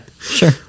sure